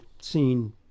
seen